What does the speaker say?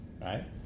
right